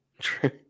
True